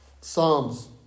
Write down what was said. Psalms